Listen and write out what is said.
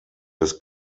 des